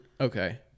Okay